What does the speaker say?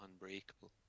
unbreakable